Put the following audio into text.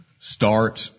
start